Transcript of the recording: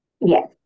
Yes